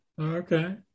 Okay